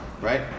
right